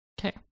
okay